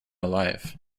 alive